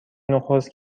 نخست